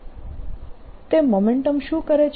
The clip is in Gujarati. તે મોમેન્ટમ શું કરે છે